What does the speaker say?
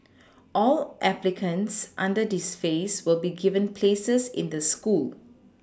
all applicants under this phase will be given places in the school